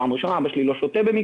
כי אבא שלי לא שותה.